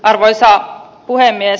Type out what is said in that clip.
arvoisa puhemies